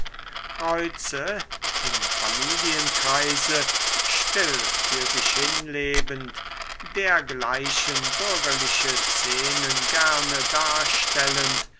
greuze im familienkreise still für sich hinlebend dergleichen bürgerliche szenen gerne darstellend